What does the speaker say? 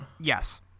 yes